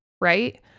right